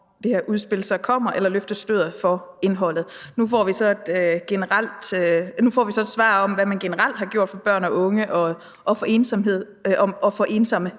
udspil så kommer, eller løfte sløret for indholdet. Vi får nu et svar om, hvad man generelt har gjort for børn og unge og for ensomme.